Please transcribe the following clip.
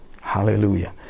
Hallelujah